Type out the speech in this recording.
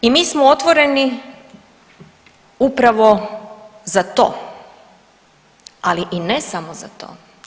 I mi smo otvoreni upravo za to, ali i ne samo za to.